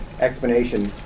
explanation